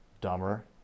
dumber